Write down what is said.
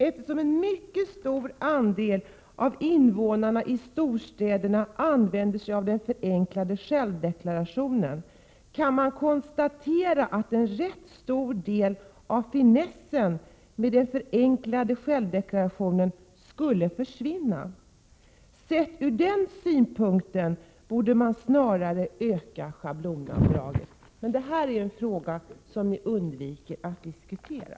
Eftersom en mycket stor andel av invånarna i storstäderna använder sig av den förenklade självdeklarationsblanketten, kan man konstatera att en rätt stor del av finessen med den förenklade deklarationsblanketten skulle försvinna. Sett ur den synpunkten borde man snarare öka schablonavdraget. Detta är en fråga som ni undviker att diskutera.